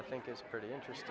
i think is pretty interesting